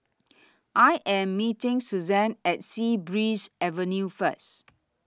I Am meeting Suzan At Sea Breeze Avenue First